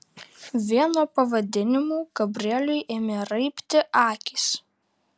vien nuo pavadinimų gabrieliui ėmė raibti akys